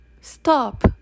Stop